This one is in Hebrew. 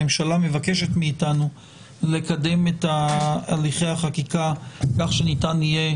הממשלה מבקשת מאתנו לקדם את הליכי החקיקה כך שניתן יהיה